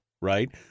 Right